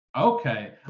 okay